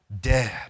dead